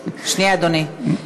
שנייה, אדוני.